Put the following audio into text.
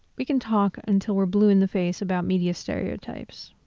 we can talk until we're blue in the face about media stereotypes.